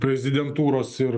prezidentūros ir